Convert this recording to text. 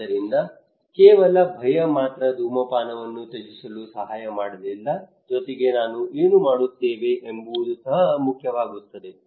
ಆದ್ದರಿಂದ ಕೇವಲ ಭಯ ಮಾತ್ರ ಧೂಮಪಾನವನ್ನು ತ್ಯಜಿಸಲು ಸಹಾಯ ಮಾಡಲಿಲ್ಲ ಜೊತೆಗೆ ನಾವು ಏನು ಮಾಡುತ್ತೇವೆ ಎಂಬುದು ಸಹ ಮುಖ್ಯವಾಗುತ್ತದೆ